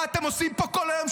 מה אתם עושים פה כל היום,